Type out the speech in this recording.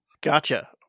Gotcha